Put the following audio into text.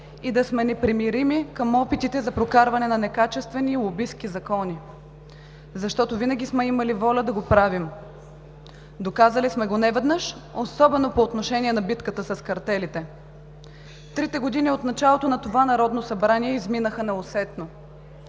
и да сме непримирими към опитите за прокарване на некачествени и лобистки закони. Защото винаги сме имали воля да го правим. Доказали сме го неведнъж, особено по отношение на битката с картелите. Трите години от началото на това Народно събрание изминаха неусетно.